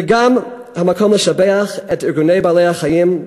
זה גם המקום לשבח את ארגוני בעלי-החיים,